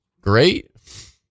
great